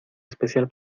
especial